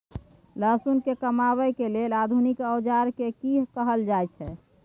लहसुन के कमाबै के लेल आधुनिक औजार के कि कहल जाय छै?